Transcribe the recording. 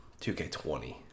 2K20